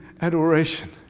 adoration